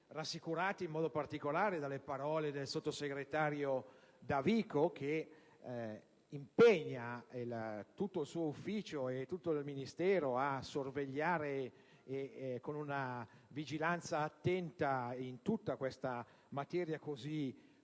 rassicurati in modo particolare dalle parole del sottosegretario Davico, che impegna tutto il suo ufficio e il Ministero a sorvegliare attentamente questa materia così complessa,